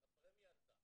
הפרמיה עלתה.